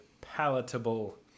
palatable